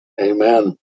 Amen